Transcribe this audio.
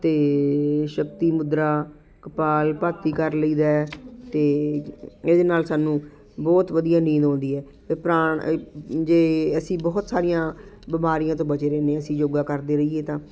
ਅਤੇ ਸ਼ਕਤੀ ਮੁਦਰਾ ਕਪਾਲਭਾਤੀ ਕਰ ਲਈਦਾ ਹੈ ਅਤੇ ਇਹਦੇ ਨਾਲ ਸਾਨੂੰ ਬਹੁਤ ਵਧੀਆ ਨੀਂਦ ਆਉਂਦੀ ਹੈ ਅਤੇ ਪ੍ਰਾਣ ਅਤੇ ਜੇ ਅਸੀਂ ਬਹੁਤ ਸਾਰੀਆਂ ਬਿਮਾਰੀਆਂ ਤੋਂ ਬਚੇ ਰਹਿੰਦੇ ਅਸੀਂ ਯੋਗਾ ਕਰਦੇ ਰਹੀਏ ਤਾਂ